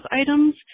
items